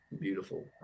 beautiful